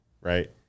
right